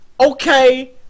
okay